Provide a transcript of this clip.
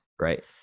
right